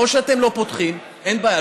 או שאתם לא פותחים, אין בעיה.